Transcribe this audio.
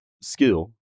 skill